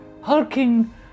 hulking